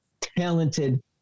talented